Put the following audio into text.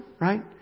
right